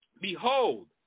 Behold